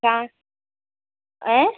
താ ഏ